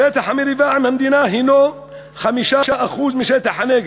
שטח המריבה עם המדינה הוא 5% משטח הנגב.